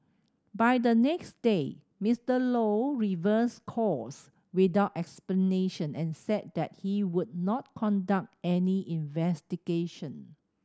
by the next day Mister Low reversed course without explanation and said that he would not conduct any investigation